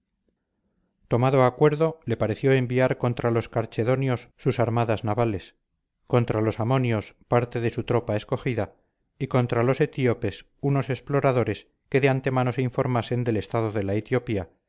meridional tomado acuerda le pareció enviar contra los carchedonios sus armadas navales contra los amonios parte de su tropa escogida y contra los etíopes unos exploradores que de antemano se informasen del estado de la etiopía